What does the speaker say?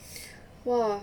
!wah!